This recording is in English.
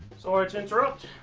sorry to interrupt,